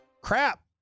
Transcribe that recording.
crap